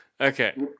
Okay